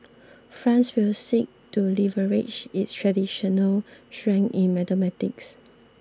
France will seek to leverage its traditional strength in mathematics